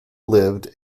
lived